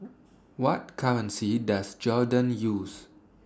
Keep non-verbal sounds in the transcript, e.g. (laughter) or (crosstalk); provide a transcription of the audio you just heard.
(noise) What currency Does Jordan use